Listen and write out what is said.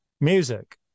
music